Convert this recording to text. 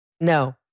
No